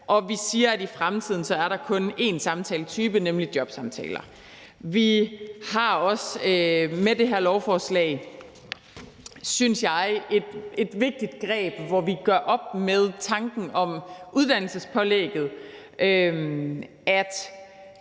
og vi siger, at i fremtiden er der kun én samtaletype, nemlig jobsamtaler. Vi tager også med det her lovforslag, synes jeg, et vigtigt greb, hvor vi gør op med tanken om uddannelsespålægget.